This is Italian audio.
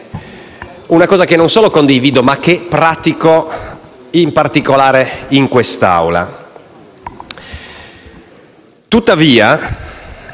una cosa che non solo condivido, ma che pratico, in particolare in quest'Aula.